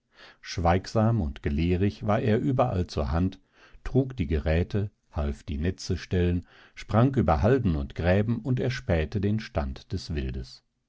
schweigsam und gelehrig war er überall zur hand trug die geräte half die netze stellen sprang über halden und gräben und erspähte den stand des wildes